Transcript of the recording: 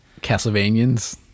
Castlevanians